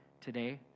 today